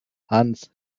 hans